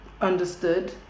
understood